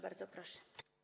Bardzo proszę.